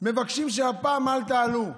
מבקשים שהפעם אל תעלו.